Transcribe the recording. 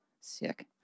sick